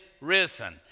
risen